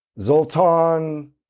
Zoltan